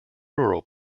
rural